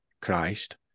Christ